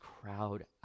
crowd